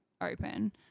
open